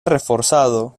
reforzado